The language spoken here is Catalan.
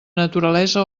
naturalesa